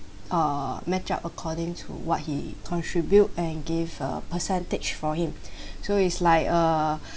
uh match up according to what he contribute and give a percentage for him so it's like a